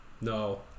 no